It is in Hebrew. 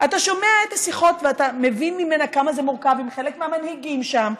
אתה שומע את השיחות ואתה מבין ממנה כמה זה מורכב עם חלק מהמנהיגים שם,